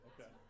Okay